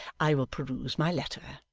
i will peruse my letter.